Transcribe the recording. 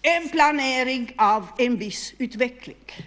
Det är en planering av en viss utveckling.